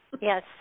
yes